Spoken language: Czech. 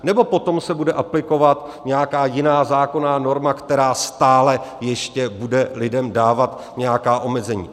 Nebo potom se bude aplikovat nějaká jiná zákonná norma, která stále ještě bude lidem dávat nějaká omezení?